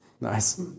Nice